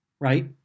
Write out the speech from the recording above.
Right